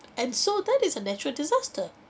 and so that is a natural disaster